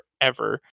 forever